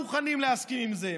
מוכנים להסכים עם זה.